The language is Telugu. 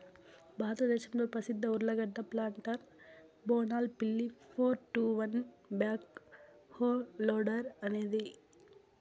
భారతదేశంలో ప్రసిద్ధ ఉర్లగడ్డ ప్లాంటర్ బోనాల్ పిల్లి four two one backhoe loader అనేది